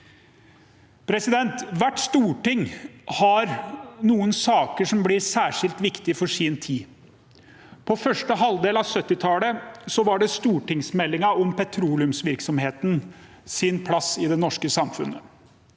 Hvert storting har noen saker som blir særskilt viktige for sin tid. På første halvdel av 1970-tallet var det stortingsmeldingen om petroleumsvirksomhetens plass i det norske samfunn.